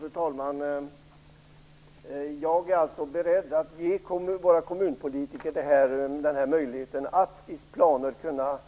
Fru talman! Jag är alltså beredd att ge våra kommunpolitiker denna möjlighet att i planer kunna